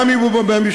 גם אם הוא מהממשלה,